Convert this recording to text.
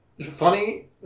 Funny